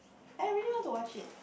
I really want to watch it